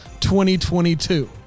2022